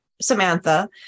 Samantha